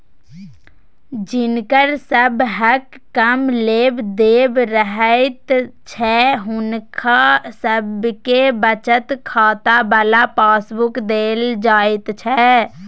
जिनकर सबहक कम लेब देब रहैत छै हुनका सबके बचत खाता बला पासबुक देल जाइत छै